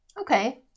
Okay